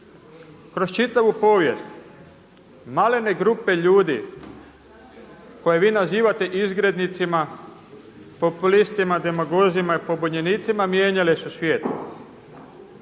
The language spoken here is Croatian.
Kroz čitavu povijest malene grupe ljudi koje vi nazivate izgrednicima, populistima, demagozima i pobunjenicima mijenjale su svijet.